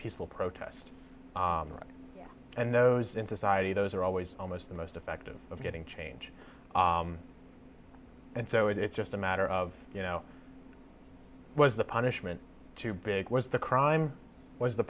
peaceful protest and those into society those are always almost the most effective of getting change and so it's just a matter of you know was the punishment too big was the crime was the